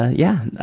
yeah,